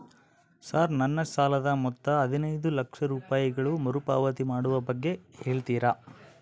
Sir ನನ್ನ ಸಾಲದ ಮೊತ್ತ ಹದಿನೈದು ಲಕ್ಷ ರೂಪಾಯಿಗಳು ಮರುಪಾವತಿ ಮಾಡುವ ಬಗ್ಗೆ ಹೇಳ್ತೇರಾ?